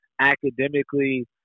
academically